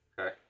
Okay